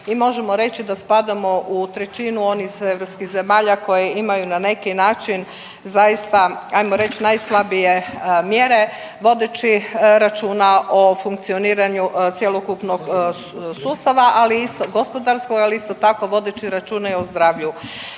i možemo reći da spadamo u trećinu onih europskih zemalja koje imaju na neki način zaista ajmo reć najslabije mjere vodeći računa o funkcioniranju cjelokupnog sustava gospodarskog, ali isto tako vodeći računa i o zdravlju